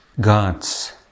God's